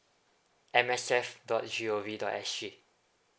M S F dot G O V dot S G